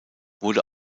wurde